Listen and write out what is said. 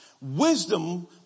Wisdom